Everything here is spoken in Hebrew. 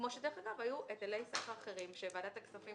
כמו שדרך אגב היו היטלי סחר אחרים שוועדת הכספים